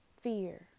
Fear